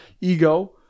Ego